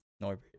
Norbert